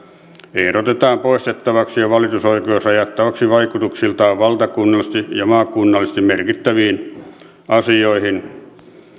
ehdotetaan poistettavaksi ja valitusoikeus rajattavaksi vaikutuksiltaan valtakunnallisesti ja maakunnallisesti merkittäviin asioihin